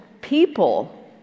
people